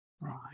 Right